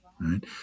right